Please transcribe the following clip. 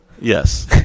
Yes